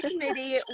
committee